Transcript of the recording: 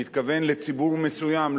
הוא מתכוון לציבור מסוים,